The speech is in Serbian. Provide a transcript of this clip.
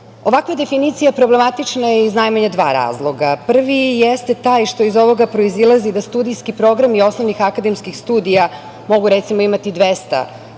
Ovakva definicija problematična je iz najmanje dva razloga. Prvi jeste taj, što iz ovoga proizilazi da studijski programi osnovnih akademskih studija mogu, recimo imati 200